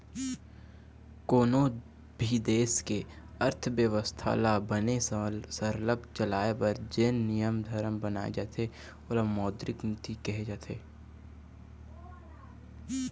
कोनों भी देश के अर्थबेवस्था ल बने सरलग चलाए बर जेन नियम धरम बनाए जाथे ओला मौद्रिक नीति कहे जाथे